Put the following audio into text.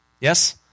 Yes